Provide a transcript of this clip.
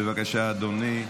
בבקשה, אדוני,